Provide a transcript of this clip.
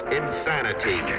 insanity